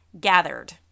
gathered